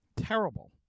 terrible